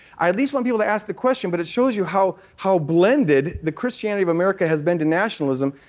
i at least want people to ask the question, but it shows you how how blended the christianity of america has been to nationalism.